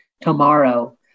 tomorrow